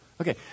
Okay